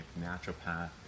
naturopath